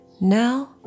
Now